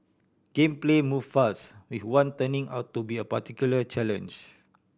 game play moved fast with one turning out to be a particular challenge